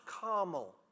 Carmel